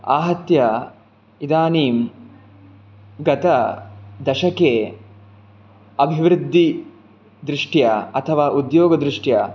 आहत्य इदानीं गतदशके अभिवृद्धिदृष्ट्या अथवा उद्योगदृष्ट्या